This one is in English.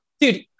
Dude